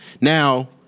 Now